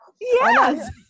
Yes